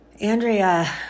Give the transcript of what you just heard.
Andrea